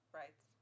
right